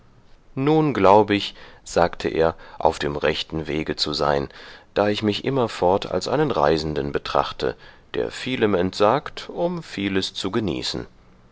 nun glaub ich sagte er auf dem rechten wege zu sein da ich mich immerfort als einen reisenden betrachte der vielem entsagt um vieles zu genießen